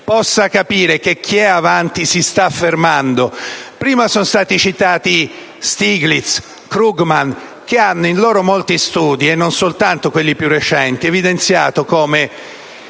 possa capire che chi è avanti si sta fermando. Prima sono stati citati Stiglitz e Krugman, che in molti loro studi (non soltanto quelli più recenti) hanno evidenziato come